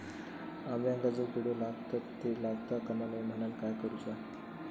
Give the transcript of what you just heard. अंब्यांका जो किडे लागतत ते लागता कमा नये म्हनाण काय करूचा?